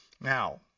Now